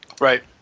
Right